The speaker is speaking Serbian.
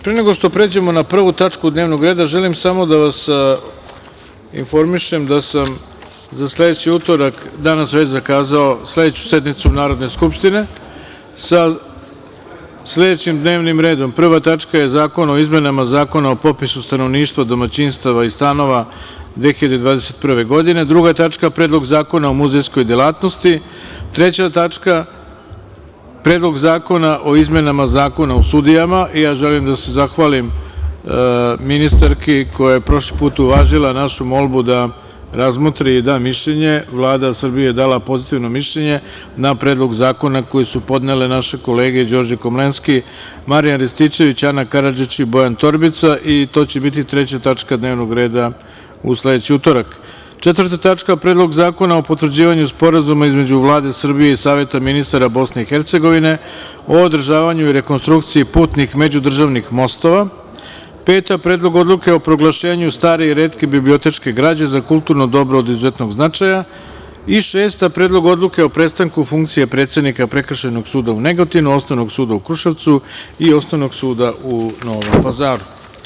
Pre nego što pređemo na prvu tačku dnevnog reda, želim samo da vas informišem da sam za sledeći utorak već danas zakazao sledeću sednicu Narodne skupštine, sa sledećim dnevnim redom: prva tačka – Zakon o izmenama Zakona o popisu stanovništva, domaćinstava i stanova 2021. godine, druga tačka – Predlog zakona o muzejskoj delatnosti, treća tačka – Predlog zakona o izmenama Zakona o sudijama, i ja želim da se zahvalim ministarki koja je prošli put uvažila našu molbu da razmotri i da mišljenje, Vlada Srbije je dala pozitivno mišljenje na predlog zakona koji su podnele naše kolege Đorđe Komlenski, Marijan Rističević, Ana Karadžić i Bojan Torbica i to će biti treća tačka dnevnog reda sledećeg utorka, četvrta tačka – Predlog zakona o potvrđivanju Sporazuma između Vlade Srbije i Saveta ministara BiH o održavanju i rekonstrukciji putnih međudržavnih mostova, peta tačka – Predlog odluke o proglašenju stare i retke bibliotečke građe za kulturno dobro od izuzetnog značaja i šesta tačka – Predlog odluke o prestanku funkcije predsednika Prekršajnog suda u Negotinu, Osnovnog suda u Kruševcu i Osnovnog suda u Novom Pazaru.